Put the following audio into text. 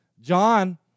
John